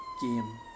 Game